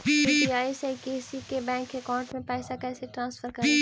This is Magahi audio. यु.पी.आई से किसी के बैंक अकाउंट में पैसा कैसे ट्रांसफर करी?